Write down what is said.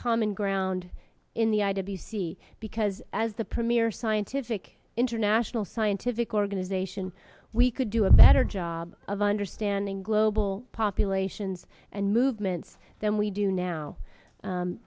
common ground in the i w c because as the premier scientific international scientific organization we could do a better job of understanding global populations and movements than we do now